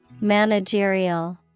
Managerial